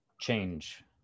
change